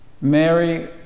Mary